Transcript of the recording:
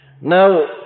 Now